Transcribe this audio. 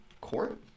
court